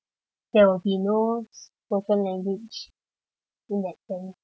there will be no spoken language in that sense